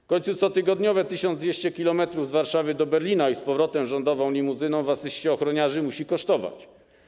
W końcu cotygodniowe 1200 km z Warszawy do Berlina i z powrotem rządową limuzyną w asyście ochroniarzy musi kosztować.